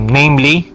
namely